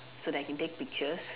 so that I can take pictures